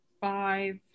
five